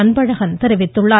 அன்பழகன் தெரிவித்துள்ளார்